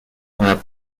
map